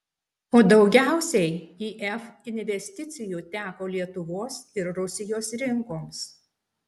o daugiausiai if investicijų teko lietuvos ir rusijos rinkoms